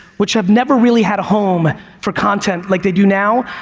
which have never really had a home for content like they do now.